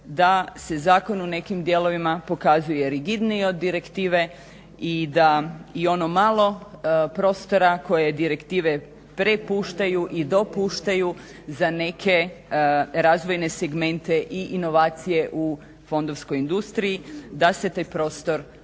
da se zakon u nekim dijelovima pokazuje rigidniji od direktive i da ono malo prostora koje direktive prepuštaju i dopuštaju za neke razvojne segmente i inovacije u fondovskoj industriji da se taj prostor u